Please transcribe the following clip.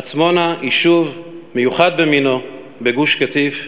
עצמונה, יישוב מיוחד במינו בגוש-קטיף,